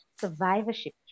survivorship